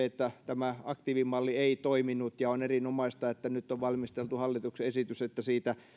että tämä aktiivimalli ei toiminut ja on erinomaista että nyt on valmisteltu hallituksen esitys että siitä